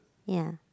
ya